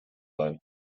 sein